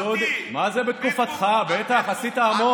בבקשה.